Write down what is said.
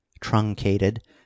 Truncated